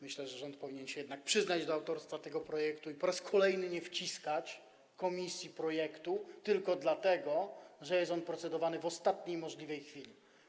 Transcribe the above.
Myślę, że rząd powinien się jednak przyznać do autorstwa tego projektu i po raz kolejny nie wciskać komisji projektu tylko dlatego, że jest on procedowany w ostatniej możliwej chwili.